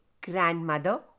Grandmother